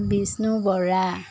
Bishnu Bora